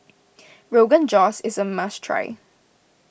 Rogan Josh is a must try